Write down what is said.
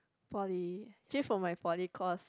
poly actually from my poly course